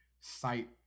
sight